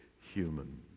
human